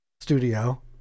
studio